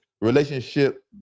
relationship